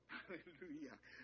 Hallelujah